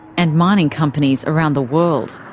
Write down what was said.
and mining companies around the world.